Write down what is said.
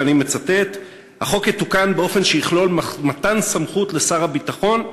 ואני מצטט: "החוק יתוקן באופן שיכלול מתן סמכות לשר הביטחון,